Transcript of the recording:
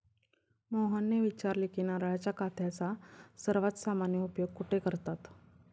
मोहनने विचारले की नारळाच्या काथ्याचा सर्वात सामान्य उपयोग कुठे करतात?